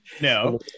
no